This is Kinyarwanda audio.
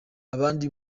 abandi